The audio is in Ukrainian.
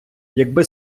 якби